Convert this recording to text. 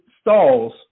stalls